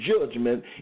judgment